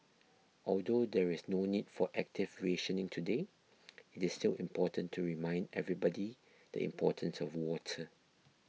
although there is no need for active rationing today it is still important to remind everybody the importance of water